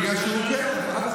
בגלל שהוא, כן.